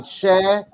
share